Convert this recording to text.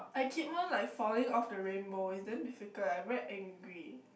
I keep on like falling off the rainbow is damn difficult I'm very angry